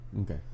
Okay